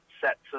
sets